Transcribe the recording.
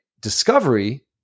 Discovery